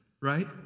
right